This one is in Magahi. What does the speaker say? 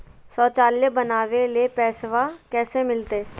शौचालय बनावे ले पैसबा कैसे मिलते?